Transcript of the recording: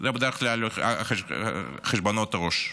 זה בדרך כלל חשבונות עו"ש.